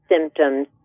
symptoms